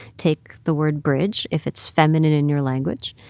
take the word bridge if it's feminine in your language,